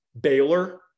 Baylor